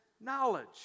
knowledge